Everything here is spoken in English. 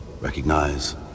recognize